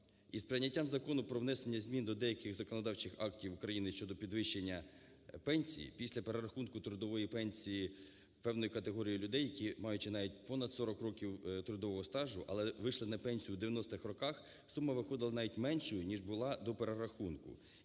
із прийняттям Закону України про внесення зміни до деяких законодавчих актів України (щодо підвищення пенсій) після перерахунку трудової пенсії певної категорії людей, які, маючи навіть понад 40 років трудового стажу, але вийшли на пенсію у 90-х роках, сума виходила навіть меншою, ніж була до перерахунку,